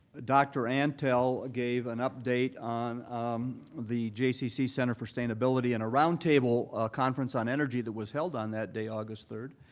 dr. antle gave an update on the jccc center for sustainability and a round table conference on energy that was held on that day, august third,